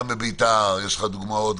גם בבית"ר יש לך דוגמאות,